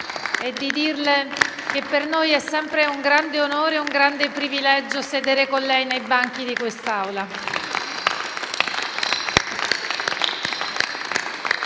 e di dire che per noi è sempre un grande onore, un grande privilegio sedere con lei nei banchi di quest'Aula.